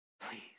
Please